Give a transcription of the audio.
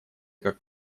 как